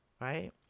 right